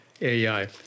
AI